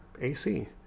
AC